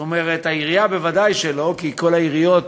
זאת אומרת, העירייה בוודאי שלא, כי כל העיריות